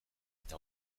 eta